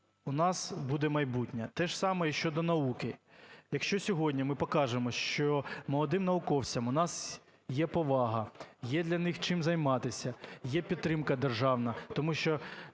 у нас буде майбутнє. Те ж саме і щодо науки: якщо сьогодні ми покажемо, що молодим науковцям у нас є повага, є для них чим займатися, є підтримка державна,